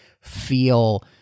feel